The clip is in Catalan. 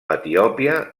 etiòpia